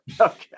Okay